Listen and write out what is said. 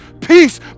peace